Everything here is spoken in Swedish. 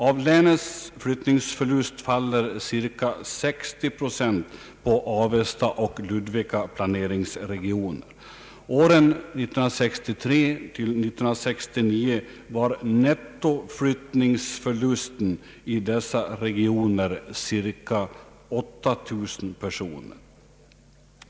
Av länets flyttningsförlust faller cirka 60 procent på Avesta och Ludvika planeringsregioner. Åren 1963—1969 var nettoflyttningsförlusten i dessa regioner cirka 8000 personer.